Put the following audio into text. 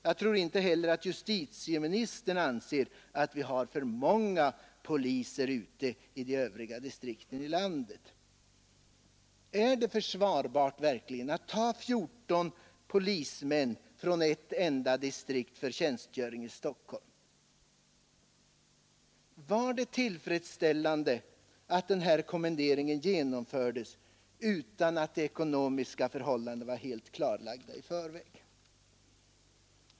Jag tror inte att justitieministern heller anser att vi har för många poliser ute i de övriga distrikten. Är det då verkligen försvarbart att ta 14 polismän från ett enda distrikt för tjänstgöring i Stockholm? Och var det tillfredsställande att denna kommendering genomfördes utan att de ekonomiska förhållandena var helt klarlagda i förväg?